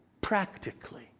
practically